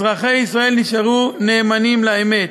אזרחי ישראל נשארו נאמנים לאמת